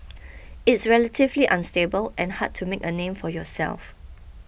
it's relatively unstable and hard to make a name for yourself